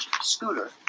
Scooter